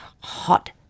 hot